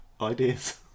ideas